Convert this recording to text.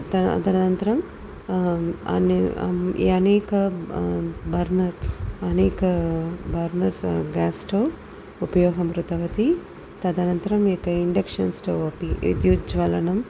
तद् तदनन्तरम् अने अन् अनेके बर्नर् अनेके बर्नर्स् गास्टव् उपयोगं कृतवती तदनन्तरं एक इन्डेक्षन् स्टव् अपि विद्युत् ज्वलनम्